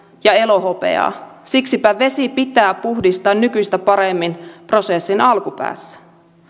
ja elohopeaa siksipä vesi pitää puhdistaa nykyistä paremmin prosessin alkupäässä